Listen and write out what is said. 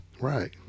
Right